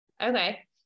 Okay